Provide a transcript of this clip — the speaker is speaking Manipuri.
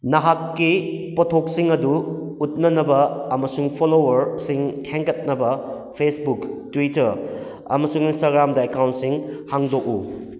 ꯅꯍꯥꯛꯀꯤ ꯄꯣꯊꯣꯛꯁꯤꯡ ꯑꯗꯨ ꯎꯠꯅꯅꯕ ꯑꯃꯁꯨꯡ ꯐꯣꯂꯣꯋꯔꯁꯤꯡ ꯍꯦꯟꯒꯠꯅꯕ ꯐꯦꯁꯕꯨꯛ ꯇ꯭ꯋꯤꯠꯇꯔ ꯑꯃꯁꯨꯡ ꯏꯟꯁꯇ꯭ꯔꯒ꯭ꯔꯥꯝꯗ ꯑꯦꯀꯥꯎꯟꯁꯤꯡ ꯍꯥꯡꯗꯣꯛꯎ